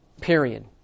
Period